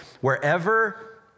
Wherever